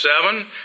Seven